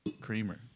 creamer